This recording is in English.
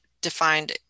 defined